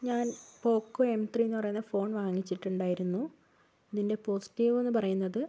ഞാൻ Poco M three എന്ന് പറയുന്ന ഫോൺ വാങ്ങിച്ചിട്ടുണ്ടായിരുന്നു അതിന്റെ പോസിറ്റീവ് എന്ന് പറയുന്നത്